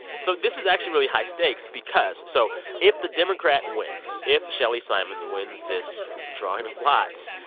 so this is actually really high stakes because so if the democrat wins, if shelly simonds wins this drawing of lots,